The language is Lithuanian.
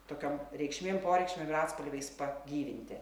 tokiom reikšmėm poreikšmėm ir atspalviais pagyvinti